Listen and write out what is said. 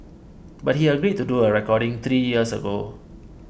but he agreed to do a recording three years ago